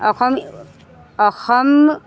Assam Assam